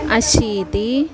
अशीतिः